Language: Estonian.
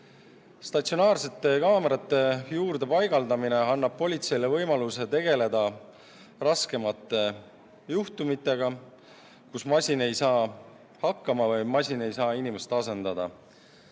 Statsionaarsete kaamerate paigaldamine annab politseile võimaluse tegeleda raskemate juhtumitega, kus masin ei saa hakkama või masin ei saa inimest asendada.